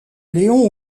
léon